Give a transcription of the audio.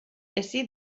hezi